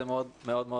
זה מאוד ראוי.